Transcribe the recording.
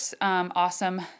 awesome